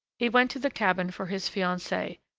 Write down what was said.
he went to the cabin for his fiancee,